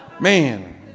man